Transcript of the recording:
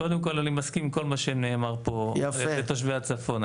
קודם כל אני מסכים על כל מה שנאמר פה לתושבי הצפון.